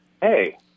Hey